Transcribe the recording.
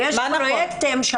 לחמש שנים.